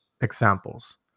examples